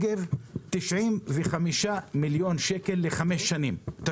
95 מיליון שקל לחמש שנים בכל הדרום ובכל הנגב.